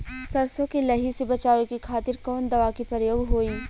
सरसो के लही से बचावे के खातिर कवन दवा के प्रयोग होई?